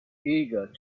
eager